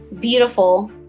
beautiful